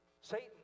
Satan